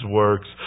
works